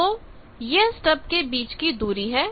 तो यह स्टब के बीच की दूरी है